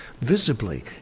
visibly